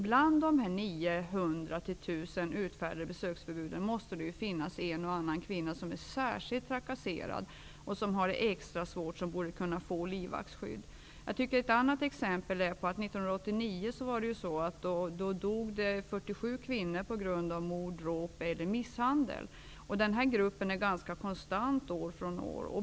Bland dessa 900--1 000 utfärdade besöksförbud måste det finnas en och annan kvinna som är särskilt trakasserad och som har det extra svårt och som borde kunna få livvaktsskydd. Jag skall nämna ett annat exempel. 1989 dog 47 Denna grupp är ganska konstant år från år.